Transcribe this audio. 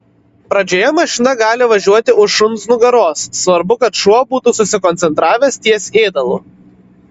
pradžioje mašina gali važiuoti už šuns nugaros svarbu kad šuo būtų susikoncentravęs ties ėdalu